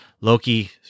Loki